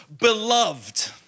beloved